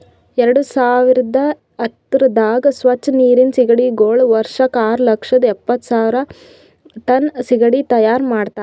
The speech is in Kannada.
ಎರಡು ಸಾವಿರ ಹತ್ತುರದಾಗ್ ಸ್ವಚ್ ನೀರಿನ್ ಸೀಗಡಿಗೊಳ್ ವರ್ಷಕ್ ಆರು ಲಕ್ಷ ಎಪ್ಪತ್ತು ಸಾವಿರ್ ಟನ್ ಸೀಗಡಿ ತೈಯಾರ್ ಮಾಡ್ತಾರ